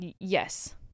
Yes